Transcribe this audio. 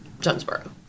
Jonesboro